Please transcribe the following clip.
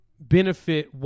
benefit